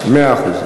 מאה אחוז.